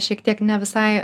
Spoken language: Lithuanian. šiek tiek ne visai